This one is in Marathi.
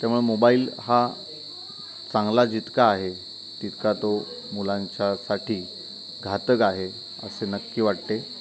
त्यामुळे मोबाईल हा चांगला जितका आहे तितका तो मुलांच्यासाठी घातक आहे असे नक्की वाटते